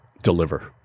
Deliver